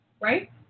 right